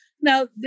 now